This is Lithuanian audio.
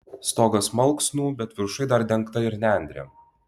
stogas malksnų bet viršuj dar dengta ir nendrėm